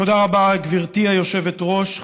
תודה רבה, גברתי היושבת-ראש.